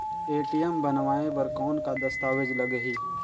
ATM बनवाय बर कौन का दस्तावेज लगही?